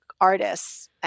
artists